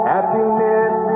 Happiness